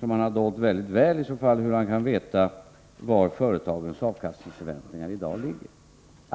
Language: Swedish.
som han har dolt väldigt väl, om han kan veta var företagens avkastningsförväntningar i dag ligger.